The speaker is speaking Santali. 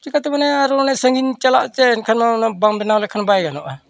ᱪᱤᱠᱟᱹᱛᱮ ᱢᱟᱱᱮ ᱟᱨ ᱚᱱᱮ ᱥᱟᱺᱜᱤᱧ ᱪᱟᱞᱟᱜ ᱪᱮ ᱮᱱᱠᱷᱟᱱ ᱫᱚ ᱚᱱᱟ ᱵᱟᱢ ᱵᱮᱱᱟᱣ ᱞᱮᱠᱷᱟᱱ ᱵᱟᱭ ᱜᱟᱱᱚᱜᱼᱟ